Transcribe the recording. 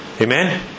Amen